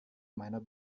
meiner